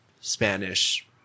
Spanish